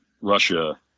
Russia